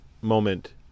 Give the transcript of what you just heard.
moment